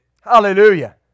Hallelujah